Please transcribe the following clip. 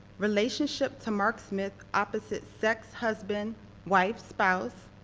relationship to mark smith, opposite-sex husband wife spouse.